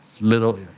little